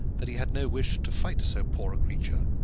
that he had no wish to fight so poor a creature.